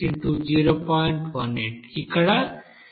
ఇక్కడ 0